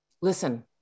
listen